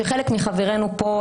שחלק מחברינו פה,